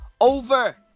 over